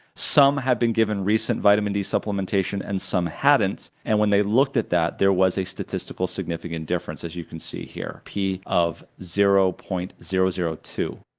some have been given recent vitamin d supplementation and some hadn't, and when they looked at that, there was a statistically significant difference, as you can see here, p of zero point zero zero two.